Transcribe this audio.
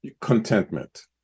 Contentment